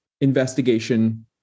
investigation